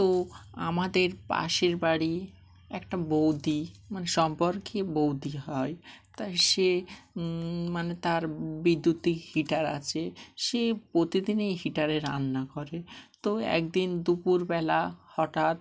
তো আমাদের পাশের বাড়ি একটা বৌদি মানে সম্পর্কে বৌদি হয় তাই সে মানে তার বিদ্যুত হিটার আছে সে প্রতিদিনই হিটারে রান্না করে তো একদিন দুপুরবেলা হঠাৎ